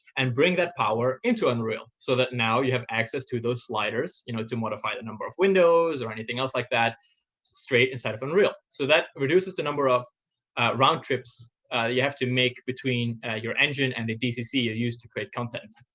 and bring that power into unreal, so that now you have access to those sliders you know to modify the number of windows or anything else like that straight inside of unreal. so that reduces the number of round trips you have to make between your engine and the dcc you use to create content.